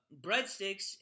breadsticks